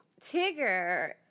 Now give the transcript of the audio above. Tigger